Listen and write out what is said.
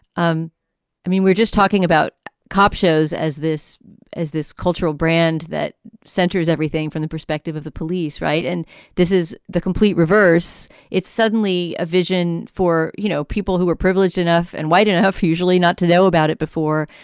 um i mean, we're just talking about cop shows as this as this cultural brand that centers everything from the perspective of the police. right. and this is the complete reverse. it's suddenly a vision for, you know, people who are privileged enough and white enough, usually not to know about it before.